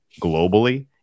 globally